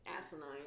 asinine